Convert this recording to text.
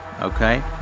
okay